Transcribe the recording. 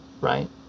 right